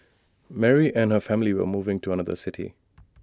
Mary and her family were moving to another city